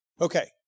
Okay